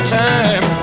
time